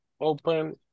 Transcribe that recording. open